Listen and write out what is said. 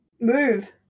Move